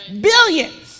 billions